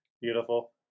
Beautiful